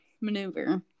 maneuver